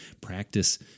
Practice